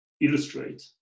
illustrate